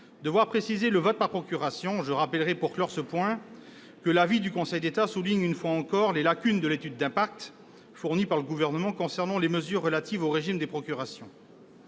de voir précisé le vote par procuration. Je rappellerai que l'avis du Conseil d'État souligne une fois encore les lacunes de l'étude d'impact fournie par le Gouvernement s'agissant des mesures relatives au régime des procurations.